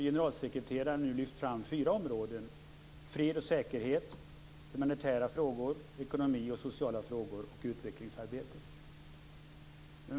Generalsekreteraren har nu lyft fram fyra områden: fred och säkerhet, humanitära frågor, ekonomiska och sociala frågor samt utvecklingsarbete.